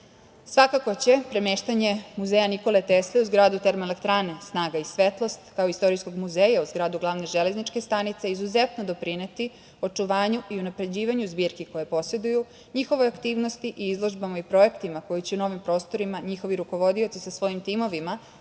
Londonu. Svakako će premeštanje muzeja „Nikole Tesle“ u zgradu Termoelektrane „Snaga i svetlost“ kao istorijskog muzeja u zgradu glavne Železničke stanice izuzetno doprineti očuvanju i unapređivanju zbirki koje poseduju, njihovoj aktivnosti i izložbama i projektima koji će na ovim prostorima njihovi rukovodioci sa svojim timovima